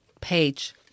page